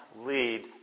lead